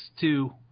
two